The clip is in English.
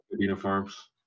Uniforms